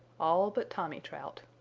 all but tommy trout.